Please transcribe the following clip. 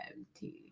empty